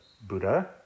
Buddha